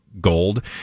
Gold